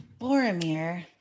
Boromir